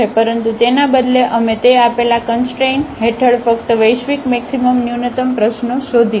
પરંતુ તેના બદલે અમે તે આપેલા કંસટ્રેન હેઠળ ફક્ત વૈશ્વિક મેક્સિમમ ન્યૂનતમ પ્રશ્નો શોધીશું